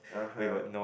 ah !huh!